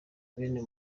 bane